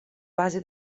base